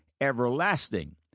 everlasting